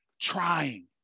trying